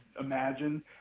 imagine